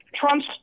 Trump's